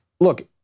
look